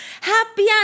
Happy